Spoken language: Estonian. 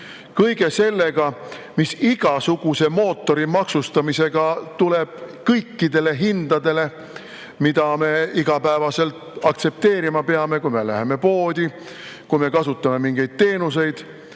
kõige sellega, mis igasuguse mootori maksustamisega tuleb juurde kõikidele hindadele, mida me igapäevaselt aktsepteerima peame, kui me läheme poodi, kui me kasutame mingeid teenuseid.